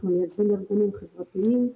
אנחנו מייצגים ארגונים חברתיים.